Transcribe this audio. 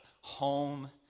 Home